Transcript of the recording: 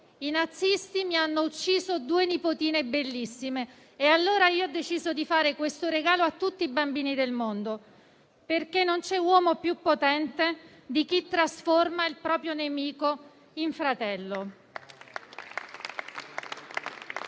i nazisti mi hanno ucciso due nipotine bellissime e allora ho deciso di fare questo regalo a tutti i bambini del mondo, perché non c'è uomo più potente di chi trasforma il proprio nemico in fratello.